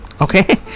okay